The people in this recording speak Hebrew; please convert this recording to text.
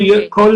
כל